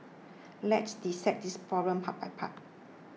let's dissect this problem part by part